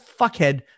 fuckhead